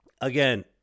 Again